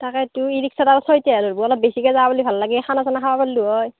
তাকেইটো ই ৰিক্সাত আৰু ছয়টা হে ধৰিব অলপ বেছিকৈ যাব পালে ভাল লাগে খানা চানা খাব পাৰিলোঁ হয়